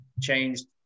changed